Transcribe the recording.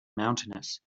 mountainous